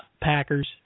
Packers